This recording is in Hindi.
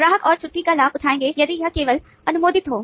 ग्राहक और छुट्टी का लाभ उठाए यदि यह केवल अनुमोदित हो